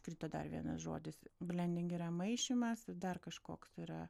krito dar vienas žodis blending yra maišymas dar kažkoks yra